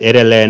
edelleen